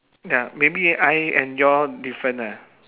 ya maybe I and your different lah